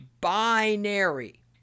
binary